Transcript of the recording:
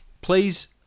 Please